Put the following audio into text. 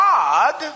God